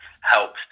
helps